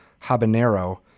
habanero